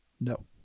No